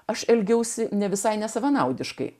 aš elgiausi ne visai nesavanaudiškai